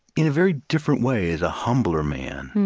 in a very different way, as a humbler man,